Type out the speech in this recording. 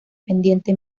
pendiente